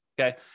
okay